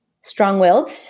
strong-willed